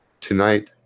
tonight